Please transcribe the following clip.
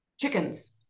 chickens